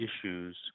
issues